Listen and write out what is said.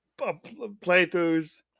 playthroughs